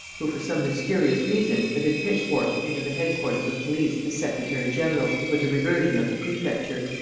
who, for some mysterious reason, had been pitchforked into the headquarters of police as secretary-general, with the reversion of the prefecture.